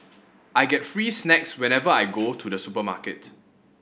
I get free snacks whenever I go to the supermarket